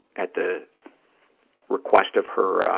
at the request of her ah